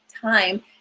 time